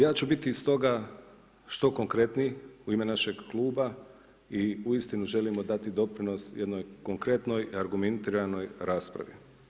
Ja ću biti stoga što konkretniji u ime našeg kluba i uistinu želimo dati doprinos jednoj konkretnoj i argumentiranoj raspravi.